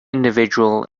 individual